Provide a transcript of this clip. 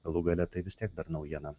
galų gale tai vis tiek dar naujiena